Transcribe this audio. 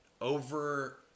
over